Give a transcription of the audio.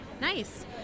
Nice